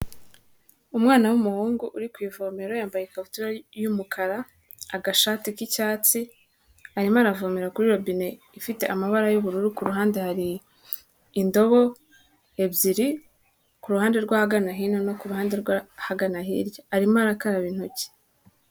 Umwana w'umuhungu uri ku ivomero, yambaye ikabutura y'umukara, agashati k'icyatsi, arimo aravomera kuri robine ifite amabara y'ubururu, ku kuruhande hari indobo ebyiri, kuruhande rw'ahagana hino no ku ruhande rw'ahagana hirya. Arimo arakaraba intoki.